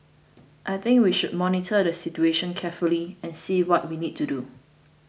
I think we should monitor the situation carefully and see what we need to do